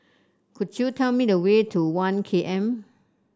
could you tell me the way to One K M